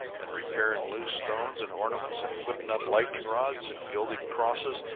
and repairing loose stones and ornaments, and putting up lightning-rods, and gilding crosses,